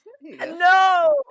No